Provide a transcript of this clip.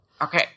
Okay